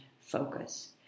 focus